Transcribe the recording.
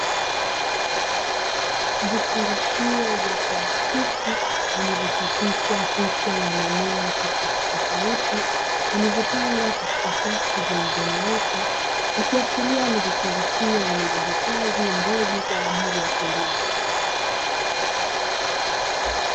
Vifungashio vya plastiki vilivyochapishwa picha ya mimea ya aina tofauti tofauti, zilizopangwa katika safu zilizonyooka, ikiashiria ni vifungashio vilivyohifadhi mbegu kwa ajili ya kilimo.